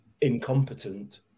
incompetent